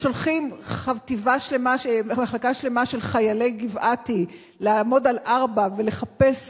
ושולחים מחלקה שלמה של חיילי גבעתי לעמוד על ארבע ולחפש